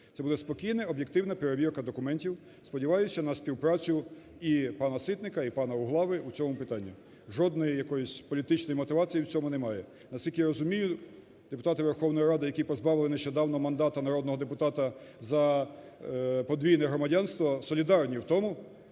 Це буде спокійна, об'єктивна перевірка документів. Сподіваюся на співпрацю і пана Ситника, і пана Углави у цьому питанні. Жодної якось політичної мотивації в цьому немає. Наскільки я розумію, депутати Верховної Ради, які позбавили нещодавно мандата народного депутата за подвійне громадянство, солідарні в тому,